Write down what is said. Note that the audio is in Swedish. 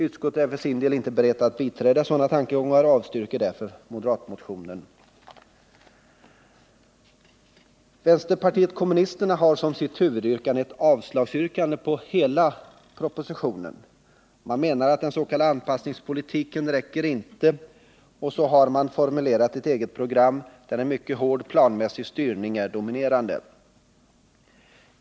Utskottet är för sin del inte berett att biträda sådana tankegångar och avstyrker därför moderatmotionen. Vänsterpartiet kommunisterna har som sitt huvudyrkande avslag på hela propositionen. Man menar att en s.k. anpassningspolitik inte räcker, och så har man formulerat ett eget program där en mycket hård planmässig styrning är dominerande.